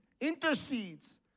intercedes